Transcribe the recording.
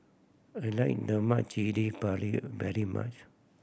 I like lemak cili padi very much